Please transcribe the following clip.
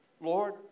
Lord